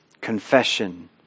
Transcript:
confession